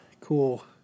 cool